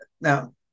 Now